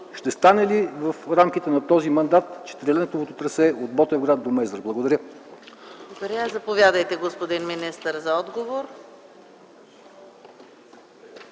Ще стане ли в рамките на този мандат четирилентовото трасе от Ботевград до Мездра? Благодаря.